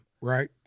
Right